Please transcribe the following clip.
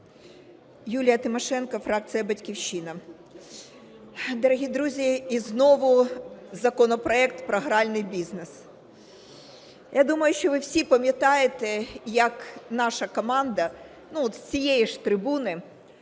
Юлія Тимошенко, фракція "Батьківщина". Дорогі друзі, і знову законопроект про гральний бізнес. Я думаю, що ви всі пам'ятаєте, як наша команда з цієї ж трибуни